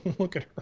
look at